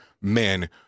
men